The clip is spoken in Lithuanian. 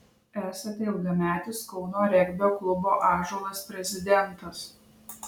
esate ilgametis kauno regbio klubo ąžuolas prezidentas